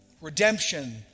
Redemption